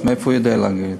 מאיפה הוא יודע אנגלית?